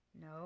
No